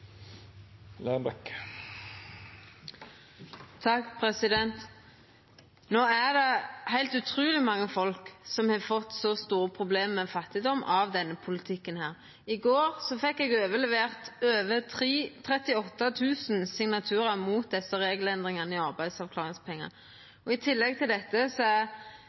er det heilt utruleg mange folk som har fått store problem med fattigdom av denne politikken. I går fekk eg overlevert over 38 000 signaturar mot desse regelendringane i arbeidsavklaringspengar. I tillegg til dette er